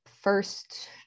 first